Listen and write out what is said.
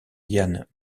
ian